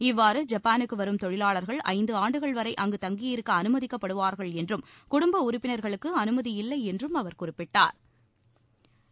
இவ்வாறு ஜப்பானுக்கு வரும் தொழிலாளா்கள் ஐந்து ஆண்டுகள் வரை அங்கு தங்கியிருக்க அனுமதிக்கப்படுவார்கள் என்றும் குடும்ப உறுப்பினர்களுக்கு அனுமதி இல்லை என்றும் அவர் குறிப்பிட்டா்